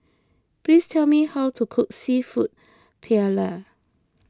please tell me how to cook Seafood Paella